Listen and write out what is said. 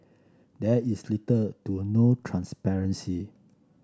there is little to no transparency